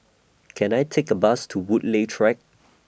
Can I Take A Bus to Woodleigh Track